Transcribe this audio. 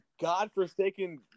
godforsaken